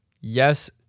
Yes